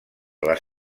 les